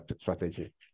strategy